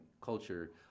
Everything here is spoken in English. culture